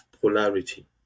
polarity